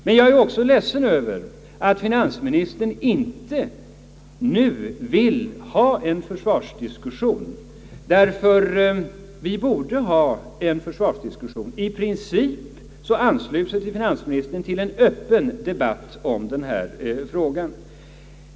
Men jag är också ledsen över att finansministern inte nu vill ha en försvarsdiskussion, ty vi borde ha en försvarsdiskussion. I princip ansluter sig finansministern till en öppen debatt i denna fråga.